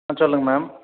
ஆ சொல்லுங்கள் மேம்